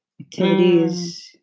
activities